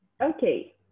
Okay